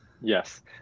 Yes